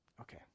Okay